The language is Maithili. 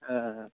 अऽ